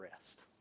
rest